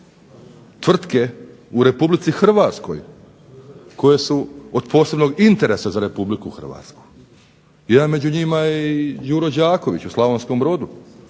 tvrtke u Republici Hrvatskoj, koje su od posebnog interesa za Republiku Hrvatsku. Jedan među njima je i Đuro Đaković u Slavonskom Brodu,